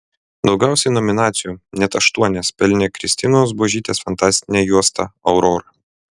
daugiausiai nominacijų net aštuonias pelnė kristinos buožytės fantastinė juosta aurora